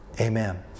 Amen